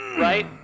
right